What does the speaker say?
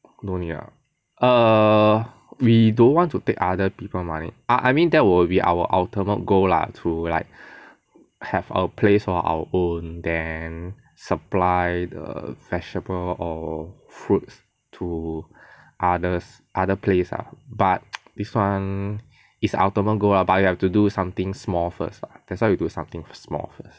no need lah err we don't want to take other people money I mean that will be our ultimate goal lah to like have our place for our own then supply the vegetables or fruits to others other place lah but this [one] is ultimate goal lah but you have to do something small first lah that's why we do something small first